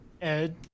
Ed